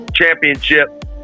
Championship